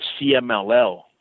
CMLL